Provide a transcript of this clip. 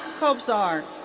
kobzar.